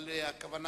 אבל הכוונה